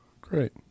Great